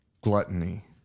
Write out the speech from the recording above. gluttony